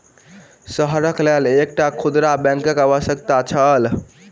शहरक लेल एकटा खुदरा बैंकक आवश्यकता छल